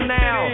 now